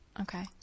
Okay